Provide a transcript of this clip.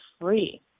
free